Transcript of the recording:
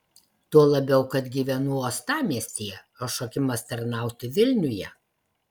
tuo labiau kad gyvenu uostamiestyje o šaukimas tarnauti vilniuje